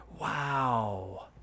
Wow